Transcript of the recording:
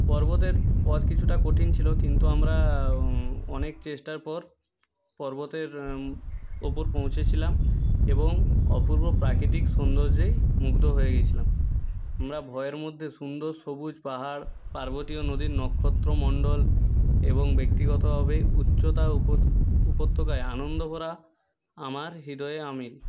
পর্বতের পথ কিছুটা কঠিন ছিলো কিন্তু আমরা অনেক চেষ্টার পর পর্বতের ওপর পৌঁছেছিলাম এবং অপূর্ব প্রাকৃতিক সৌন্দর্যে মুগ্ধ হয়ে গেছিলাম আমরা ভয়ের মধ্যে সুন্দর সবুজ পাহাড় পার্বতীয় নদীর নক্ষত্রমন্ডল এবং ব্যক্তিগতভাবে উচ্চতা উপত্যকায় আনন্দ ভরা আমার হৃদয়ে আমি